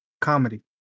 comedy